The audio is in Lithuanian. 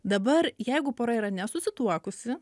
dabar jeigu pora yra nesusituokusi